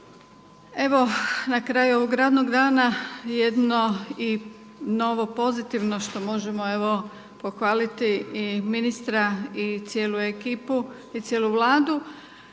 Evo na kraju ovog radnog dana jedno i novo pozitivno što možemo evo pohvaliti i ministra i cijelu ekipu i cijelu Vladu.